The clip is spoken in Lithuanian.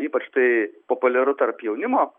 ypač tai populiaru tarp jaunimo